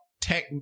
tech